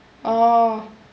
oh